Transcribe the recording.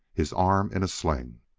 his arm in a sling.